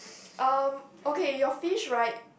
erm okay your fish right